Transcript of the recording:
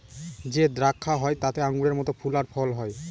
যে দ্রাক্ষা হয় তাতে আঙুরের মত ফল আর ফুল হয়